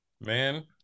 man